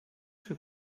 foi